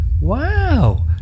Wow